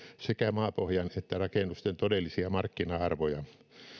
sekä maapohjan että rakennusten todellisia markkina arvoja